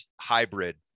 hybrid